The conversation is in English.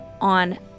on